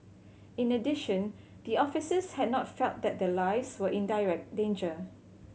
in addition the officers had not felt that their lives were in direct danger